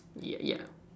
yeah yeah